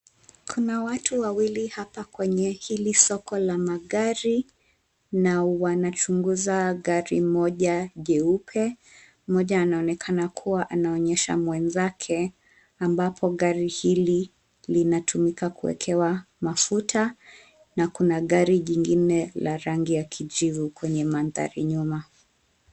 Kuna watu wawili hapa kwenye hili soko la magari na wanachunguza gari moja jeupe. Mmoja anaonekana kuwa anaonyesha mwenzake, ambapo gari hili linatumika kuwekewa mafuta. Na kuna gari jingine la rangi ya kijivu kwenye mandhari nyuma.